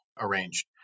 arranged